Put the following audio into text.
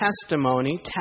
testimony